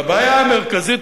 והבעיה המרכזית,